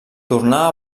tornà